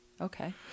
Okay